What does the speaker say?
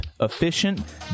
efficient